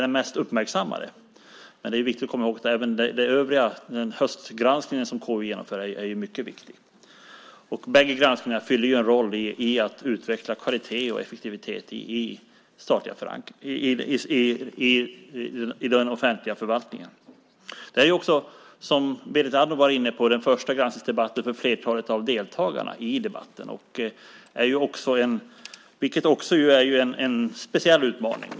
Det är viktigt att komma ihåg att även den höstgranskning som KU genomför är mycket viktig. Båda granskningarna fyller ju en roll i att utveckla kvalitet och effektivitet i den offentliga förvaltningen. Som Berit Andnor var inne på är det den första granskningsdebatten för flertalet av deltagarna. Det är ju en speciell utmaning.